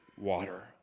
water